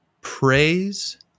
praise